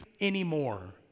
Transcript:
anymore